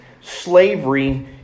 slavery